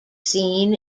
seen